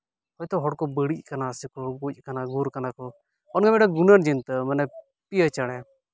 ᱦᱚᱭᱛᱳ ᱦᱚᱲᱠᱚ ᱵᱟᱹᱲᱤᱡ ᱠᱟᱱᱟ ᱥᱮᱠᱚ ᱜᱚᱡ ᱠᱟᱱᱟ ᱜᱩᱨ ᱠᱟᱱᱟ ᱠᱚ ᱚᱱᱠᱟᱱ ᱢᱤᱫᱴᱮᱡ ᱜᱩᱱᱟᱹᱱ ᱪᱤᱱᱛᱟᱹ ᱢᱟᱱᱮ ᱯᱤᱭᱳ ᱪᱮᱬᱮ